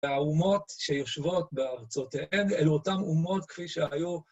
והאומות שיושבות בארצותיהן, אלו אותן אומות כפי שהיו...